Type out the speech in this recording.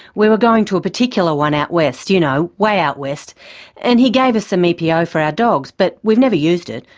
we were going to a particular one out west you know, way out west and he gave us some epo for our dogs, but we've never used it,